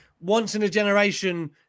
once-in-a-generation